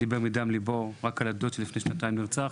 שדיבר מדם ליבו, על הדוד שלפני שנתיים נרצח,